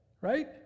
right